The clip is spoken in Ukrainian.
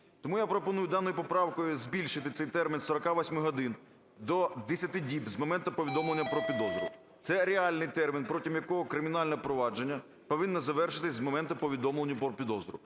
Тому я пропоную даною поправкою збільшити цей термін з 48 годин до 10 діб з моменту повідомлення про підозру. Це реальний термін, протягом якого кримінальне провадження повинно завершитися з моменту повідомлення про підозру.